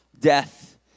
Death